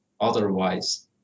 otherwise